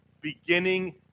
beginning